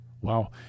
Wow